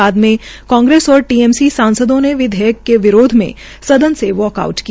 बाद में कांग्रेस और टीएमसी सांसदों ने विधेयक के विरोध में सदन से वाकआउअ किया